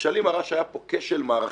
נכשלים מראה שהיה פה כשל מערכתי.